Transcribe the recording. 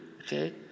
Okay